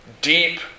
deep